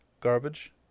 Garbage